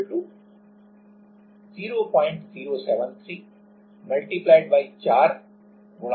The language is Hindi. तो पृष्ठ तनाव बल कितना है